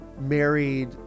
Married